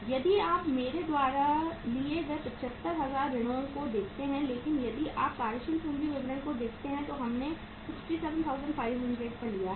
यदि आप मेरे द्वारा लिए गए 75000 ऋणों को देखते हैं लेकिन यदि आप कार्यशील पूंजी विवरण को देखते हैं तो हमने इसे 67500 पर लिया है